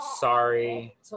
sorry